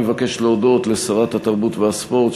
מבקש להודות לשרת התרבות והספורט,